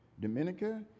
Dominica